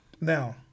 Now